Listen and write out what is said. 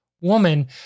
woman